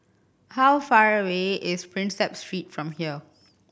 how far away is Prinsep Street from here